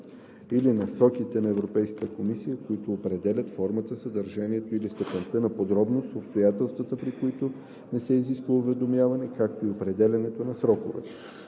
или насоките на Европейската комисия, които определят формата, съдържанието и степента на подробност, обстоятелствата при които не се изисква уведомяване, както и определянето на сроковете.“